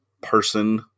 person